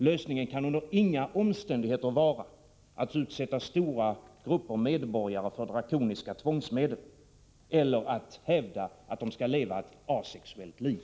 Lösningen kan under inga omständigheter vara att utsätta stora grupper medborgare för drakoniska tvångsmedel eller att hävda att de skall leva ett asexuellt liv.